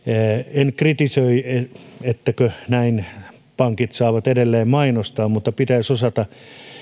en kritisoi etteivätkö pankit näin saa edelleen mainostaa mutta pitäisi osata